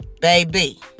Baby